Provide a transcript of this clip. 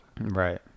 Right